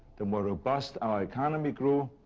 the more robust our economy grew,